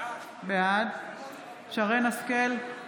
בעד שרן מרים השכל,